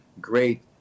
great